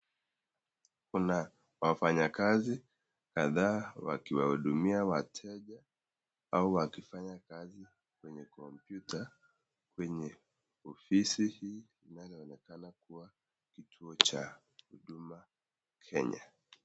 Kuna wafanyakazi kadhaa wakiwahudumia wateja au wakifanya kazi kwenye kompyuta kwenye ofisi hii inayoonekena kuwa kituo cha Huduma Kenya.